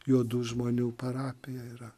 juodų žmonių parapija yra